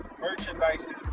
merchandise